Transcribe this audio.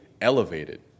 elevated